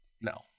No